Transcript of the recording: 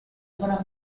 buona